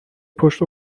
پشت